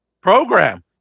program